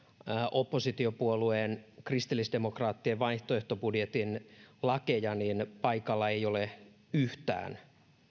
oppositiopuolueen kristillisdemokraattien vaihtoehtobudjetin lakeja niin paikalla ei ole yhtään